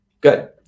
Good